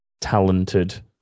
talented